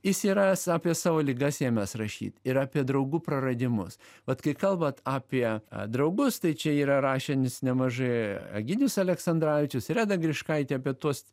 jis yra apie savo ligas ėmęs rašyt ir apie draugų praradimus vat kai kalbat apie draugus tai čia yra rašęs nemažai egidijus aleksandravičius reda griškaitė apie tuos